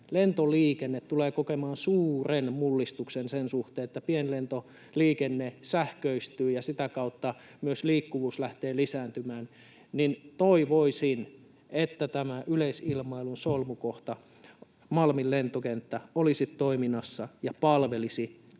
lentoliikenne tulee kokemaan suuren mullistuksen sen suhteen, että pienlentoliikenne sähköistyy ja sitä kautta myös liikkuvuus lähtee lisääntymään, niin toivoisin, että tämä yleisilmailun solmukohta, Malmin lentokenttä, olisi toiminnassa ja palvelisi kaikkea